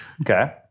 Okay